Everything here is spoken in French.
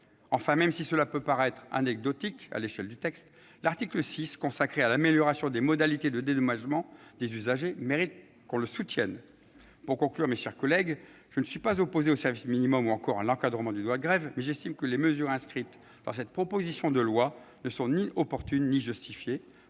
Enfin, même si cela peut apparaître anecdotique à l'échelle du texte, l'article 6, consacré à l'amélioration des modalités de dédommagement des usagers, mérite qu'on le soutienne. Pour conclure, mes chers collègues, je ne suis pas opposé au service minimum, ou encore à l'encadrement du droit de grève, mais j'estime que les mesures inscrites dans cette proposition de loi ne sont ni opportunes ni justifiées.